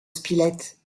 spilett